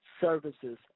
services